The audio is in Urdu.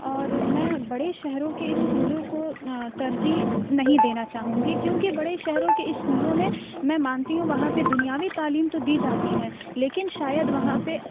اور میں بڑے شہروں کے اسکولوں کو ترجیح نہیں دینا چاہوں گی کیونکہ بڑے شہروں کے اسکولوں میں میں مانتی ہوں وہاں پہ دنیاوی تعلیم تو دی جاتی ہیں لیکن شاید وہاں پہ